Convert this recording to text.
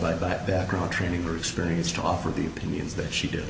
by by background training or experience to offer the opinions that she did